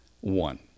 one